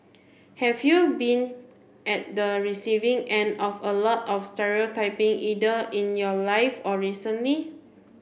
have you been at the receiving end of a lot of stereotyping either in your life or recently